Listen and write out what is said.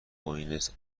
بوینس